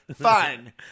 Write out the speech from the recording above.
fine